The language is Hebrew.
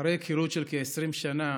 אחרי היכרות של כ-20 שנה